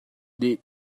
dih